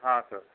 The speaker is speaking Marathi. हा सर